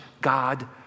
God